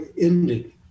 ended